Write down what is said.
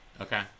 Okay